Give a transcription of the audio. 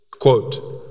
Quote